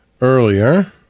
earlier